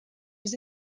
was